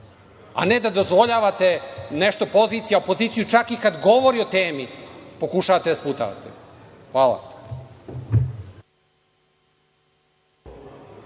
a ne da dozvoljavate nešto poziciji, a opoziciju, čak i kada govori o temi, pokušavate da sputavate. Hvala.